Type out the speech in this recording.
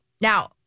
Now